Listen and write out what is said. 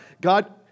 God